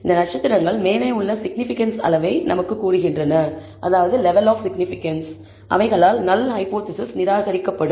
இந்த ஸ்டார்கள் மேலே உள்ள சிக்னிபிகன்ஸ் அளவை நமக்குக் கூறுகின்றன அவைகளால் நல் ஹைபோதேசிஸ் நிராகரிக்கப்படும்